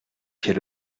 quel